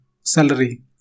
salary